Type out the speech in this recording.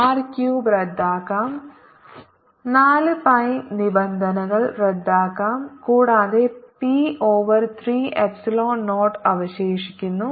R cube റദ്ദാക്കാം 4 pi നിബന്ധനകൾ റദ്ദാക്കാം കൂടാതെ പി ഓവർ 3 എപ്സിലോൺ 0 അവശേഷിക്കുന്നു